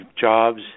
jobs